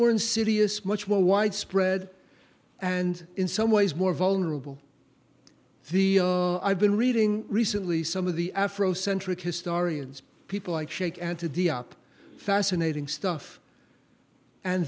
more insidious much more widespread and in some ways more vulnerable the i've been reading recently some of the afrocentric historians people like shake and to d up fascinating stuff and